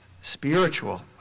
spiritual